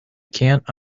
can’t